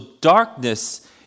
darkness